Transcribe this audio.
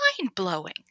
Mind-blowing